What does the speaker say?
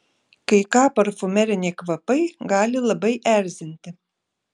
kai ką parfumeriniai kvapai gali labai erzinti